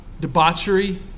debauchery